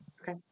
Okay